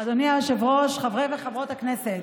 אדוני היושב-ראש, חברי וחברות הכנסת,